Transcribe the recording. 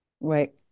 Right